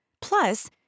Plus